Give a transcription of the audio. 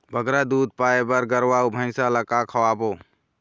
बगरा दूध पाए बर गरवा अऊ भैंसा ला का खवाबो?